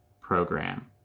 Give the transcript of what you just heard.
program